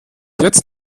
jetzt